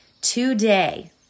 Today